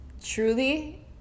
truly